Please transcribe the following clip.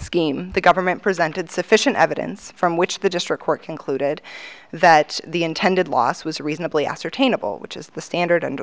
scheme the government presented sufficient evidence from which the district court concluded that the intended loss was a reasonably ascertainable which is the standard under the